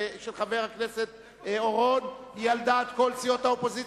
קבוצת סיעת חד"ש וקבוצת סיעת האיחוד הלאומי לסעיף 58(1)